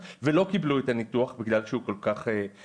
ולא קיבלו את הניתוח בגלל שהוא כל כך יקר.